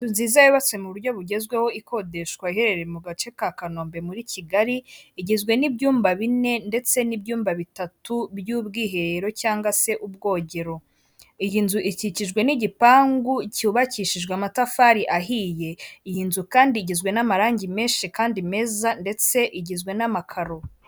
Inzu nziza yubatse mu buryo bugezweho ikodeshwa iherereye mu gace ka Kanombe muri Kigali, igizwe n'ibyumba bine ndetse n'ibyumba bitatu by'ubwiherero cyangwa se ubwogero. Iyi nzu ikikijwe n'igipangu cyubakishijwe amatafari ahiye, iyi nzu kandi igizwe n'amarangi menshi kandi meza ndetse igizwe n'amakaro.